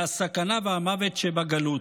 מהסכנה והמוות שבגלות.